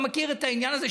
אתה מכיר את העניין הזה.